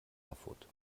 erfurt